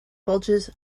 bulges